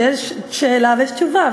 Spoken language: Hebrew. שיש שאלה ויש תשובה,